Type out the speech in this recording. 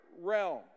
realm